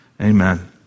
Amen